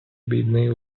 бідний